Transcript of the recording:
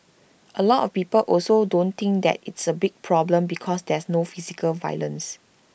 A lot of people also don't think that it's A big problem because there's no physical violence